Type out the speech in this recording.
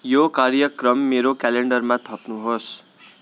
यो कार्यक्रम मेरो क्यालेन्डरमा थप्नुहोस्